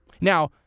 Now